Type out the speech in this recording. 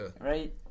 Right